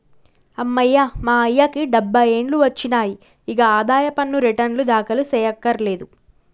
అమ్మయ్య మా అయ్యకి డబ్బై ఏండ్లు ఒచ్చినాయి, ఇగ ఆదాయ పన్ను రెటర్నులు దాఖలు సెయ్యకర్లేదు